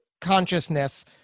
consciousness